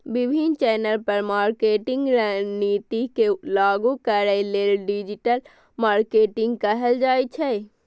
विभिन्न चैनल पर मार्केटिंग रणनीति के लागू करै के डिजिटल मार्केटिंग कहल जाइ छै